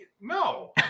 No